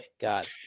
god